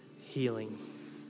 healing